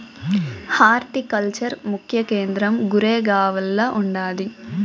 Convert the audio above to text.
horticulture ముఖ్య కేంద్రం గురేగావ్ల ఉండాది